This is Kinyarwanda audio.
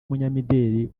umunyamideli